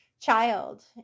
child